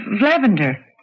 lavender